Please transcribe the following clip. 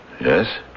Yes